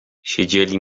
siedzieli